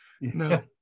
no